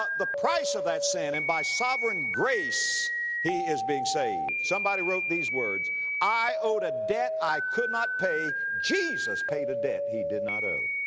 the price of that sin. and by sovereign grace he is being saved. somebody wrote these words i owed a debt i could not pay. jesus paid a debt he did not owe.